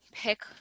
pick